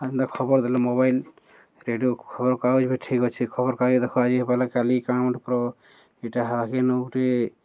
ଆନ୍ତା ଖବର ଦେଲେ mobile radio ଖବର କାଗଜ ବି ଠିକ୍ ଅଛି ଖବର କାଗଜ ଦେଖ ଆଜିପାରିଲା କାଲି କାଉଣ୍ଟ ପୁର ଏଇଟା